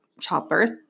childbirth